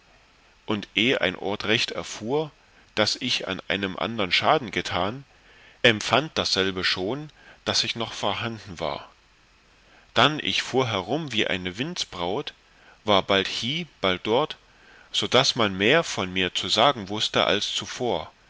und eh ein ort recht erfuhr daß ich an einem andern schaden getan empfand dasselbige schon daß ich noch vorhanden war dann ich fuhr herum wie eine windsbraut war bald hie bald dort also daß man mehr von mir zu sagen wußte als zuvor